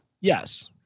Yes